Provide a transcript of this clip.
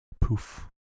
Poof